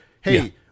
Hey